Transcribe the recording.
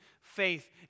faith